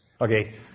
Okay